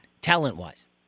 talent-wise